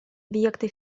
объекты